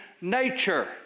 nature